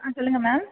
ஆ சொல்லுங்க மேம்